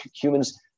humans